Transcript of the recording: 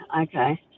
okay